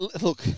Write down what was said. Look